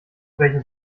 welches